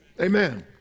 Amen